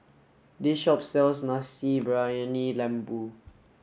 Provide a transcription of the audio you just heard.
this shop sells Nasi Briyani Lembu